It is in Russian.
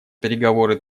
переговоры